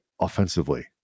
offensively